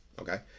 okay